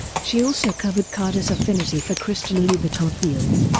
she also covered cardi's affinity for christian louboutin heels,